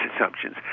assumptions